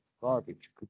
garbage